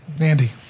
Andy